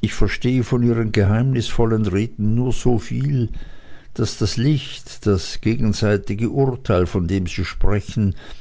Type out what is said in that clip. ich verstehe von ihren geheimnisvollen reden nur so viel daß das licht das gegenseitige urteil von dem sie sprechen